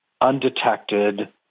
undetected